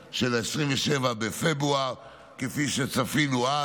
של 27 בפברואר, כפי שצפינו אז,